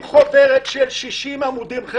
מוציאים חוברת של 60 עמודים.